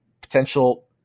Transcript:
potential